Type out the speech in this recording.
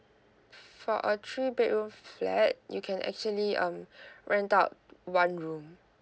for a three bedroom flat you can actually um rent out one room